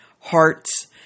hearts